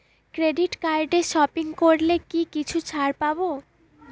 Credit কার্ডে shopping করলে কি কিছু ছাড় পাব?